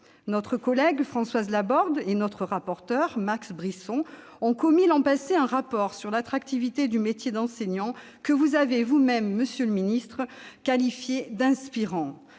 Notre collègue Françoise Laborde et notre rapporteur, Max Brisson, ont commis, l'an passé, un rapport sur l'attractivité du métier d'enseignant que vous avez vous-même qualifié, monsieur le ministre, « d'inspirant